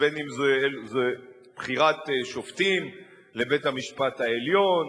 בין זה בחירת שופטים לבית-המשפט העליון,